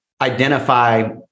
identify